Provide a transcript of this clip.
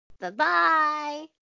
Bye-bye